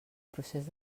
procés